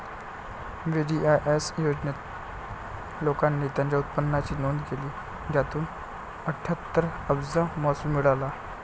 VDIS योजनेत, लोकांनी त्यांच्या उत्पन्नाची नोंद केली, ज्यातून अठ्ठ्याहत्तर अब्ज महसूल मिळाला